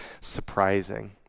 surprising